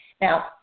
Now